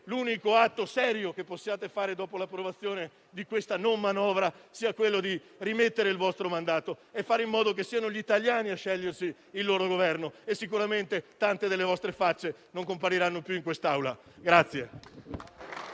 L'unico atto serio che potete fare dopo l'approvazione di questa non manovra è rimettere il vostro mandato e fare in modo che siano gli italiani a scegliersi il loro Governo e sicuramente tante delle vostre facce non compariranno più in quest'Aula.